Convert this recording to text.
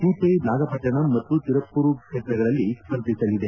CPI Nagapattinam ಮತ್ತು ತಿರುಪ್ದೂರು ಕ್ಷೇತ್ರಗಳಲ್ಲಿ ಸ್ವರ್ಧಿಸಲಿದೆ